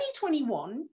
2021